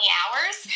hours